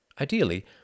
Ideally